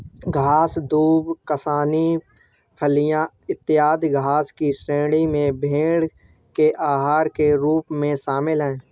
घास, दूब, कासनी, फलियाँ, इत्यादि घास की श्रेणी में भेंड़ के आहार के रूप में शामिल है